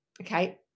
okay